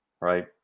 Right